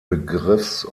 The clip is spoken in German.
begriffs